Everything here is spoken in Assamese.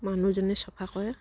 মানুহজনে চফা কৰে